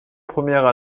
premières